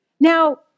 Now